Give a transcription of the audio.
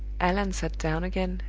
allan sat down again,